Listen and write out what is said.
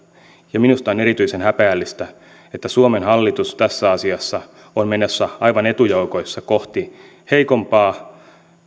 minusta on erityisen häpeällistä että suomen hallitus tässä asiassa on menossa aivan etujoukoissa kohti heikompaa